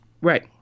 Right